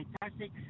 Fantastic